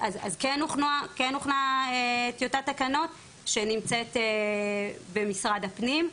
כן הוכנה טיוטת תקנות שנמצאת במשרד הפנים.